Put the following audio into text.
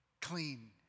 clean